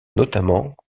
notamment